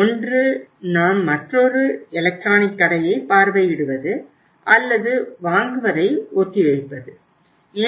ஒன்று நாம் மற்றொரு எலக்ட்ரானிக் கடையை பார்வையிடுகிறோம் அல்லது வாங்குவதை ஒத்திவைக்கிறோம்